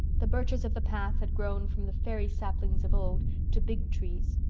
the birches of the path had grown from the fairy saplings of old to big trees.